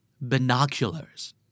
Binoculars